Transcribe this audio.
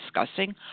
discussing